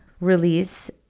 release